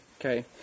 Okay